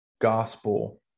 gospel